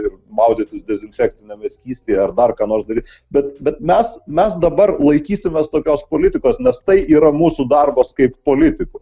ir maudytis dezinfekciniame skystyje ar dar ką nors daryt bet bet mes mes dabar laikysimės tokios politikos nes tai yra mūsų darbas kaip politikų